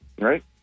Right